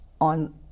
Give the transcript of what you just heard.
on